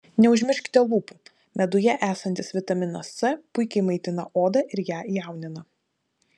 neužmirškite lūpų meduje esantis vitaminas c puikiai maitina odą ir ją jaunina